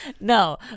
No